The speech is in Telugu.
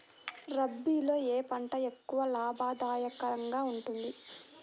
రబీలో ఏ పంట ఎక్కువ లాభదాయకంగా ఉంటుంది?